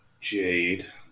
Jade